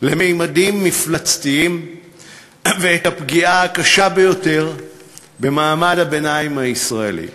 לממדים מפלצתיים ואת הפגיעה הקשה ביותר במעמד הביניים הישראלי.